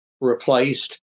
replaced